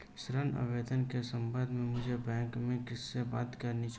ऋण आवेदन के संबंध में मुझे बैंक में किससे बात करनी चाहिए?